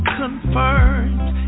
confirms